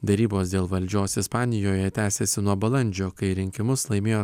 derybos dėl valdžios ispanijoje tęsiasi nuo balandžio kai rinkimus laimėjo